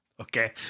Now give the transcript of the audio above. Okay